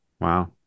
wow